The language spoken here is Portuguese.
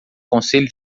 conselho